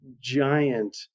giant